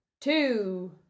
Two